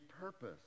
purpose